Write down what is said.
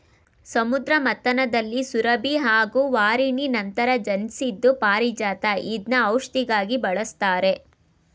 ಸಮುದ್ರ ಮಥನದಲ್ಲಿ ಸುರಭಿ ಹಾಗೂ ವಾರಿಣಿ ನಂತರ ಜನ್ಸಿದ್ದು ಪಾರಿಜಾತ ಇದ್ನ ಔಷ್ಧಿಯಾಗಿ ಬಳಸ್ತಾರೆ